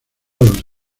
los